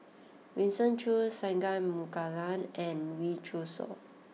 Winston Choos Singai Mukilan and Wee Cho Yaw